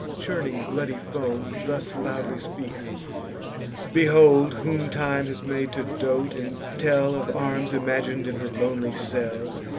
churning bloody foam, thus loudly speaks behold whom time has made to dote, and tell of arms imagin'd in her lonely cell!